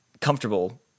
comfortable